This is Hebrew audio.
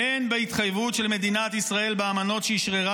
"אין בהתחייבות של מדינת ישראל באמנות שאשררה